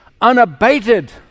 unabated